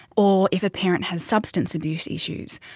or if a parent has substance abuse issues,